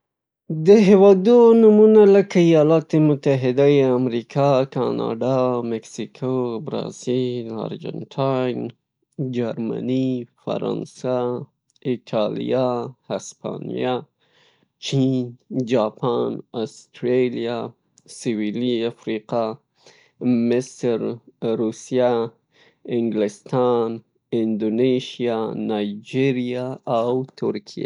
د هیوادو نومونه لکه ایالات متحده امریکا، کانادا، مکسیکو، برازیل، ارجنتاین، جرمنی، فرانسه، ایټالیا، اسپانیا، چین، جاپان، آسترالیا، سویلي افریقا، مصر، روسیه، انګلستان، اندونیشیا، نایجیریا او ترکیه.